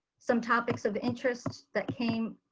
some topics of interest that came,